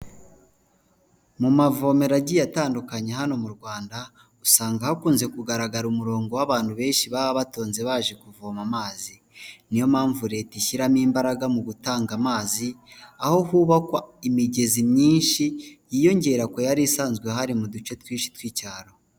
Mu mavomero agiye atandukanye hano mu Rwanda, usanga hakunze kugaragara umurongo w'abantu benshi baba batonze baje kuvoma amazi. Niyo mpamvu leta ishyiramo imbaraga mu gutanga amazi ,aho hubakwa imigezi myinshi yiyongera ku yari isanzwe ihari mu duce twinshi tw'icyaro.